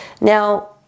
Now